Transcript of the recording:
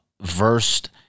versed